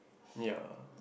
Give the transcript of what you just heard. ya